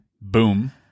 Boom